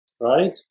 right